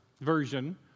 version